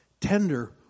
tender